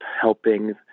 helping